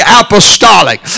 apostolic